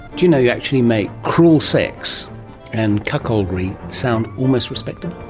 do you know, you actually make cruel sex and cuckoldry sound almost respectable?